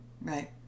Right